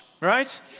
right